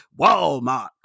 Walmart